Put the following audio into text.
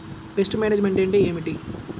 Pest management అంటే ఏమిటి?